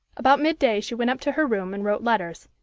about midday she went up to her room and wrote letters.